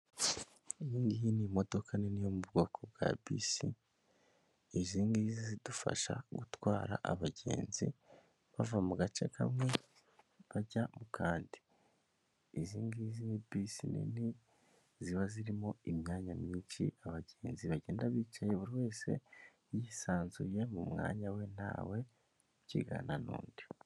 Iyi ngiyi n'imodokadoka nini yo mu bwoko bwa bisi izindi zidufasha gutwara abagenzi bava mu gace kamwe bajya mu kandi. Izi ngizi ni bisi nini ziba zirimo imyanya myinshi abagenzi bagenda bicaye buri wese yisanzuye mu mwanya we ntawe ubyigana n'undi.